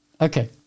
Okay